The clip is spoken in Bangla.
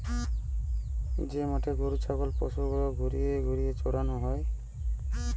যে মাঠে গরু ছাগল পশু গুলার ঘুরিয়ে ঘুরিয়ে চরানো হয়